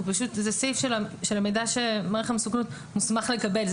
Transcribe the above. וזה סעיף של המידע שמעריך המסוכנות מוסמך לקבל.